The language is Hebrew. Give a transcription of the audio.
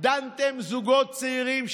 דנתם זוגות צעירים,